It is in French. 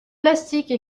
plastique